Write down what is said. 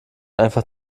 einfach